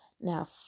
Now